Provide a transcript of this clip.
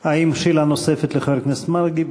האם יש שאלה נוספת לחבר הכנסת מרגי?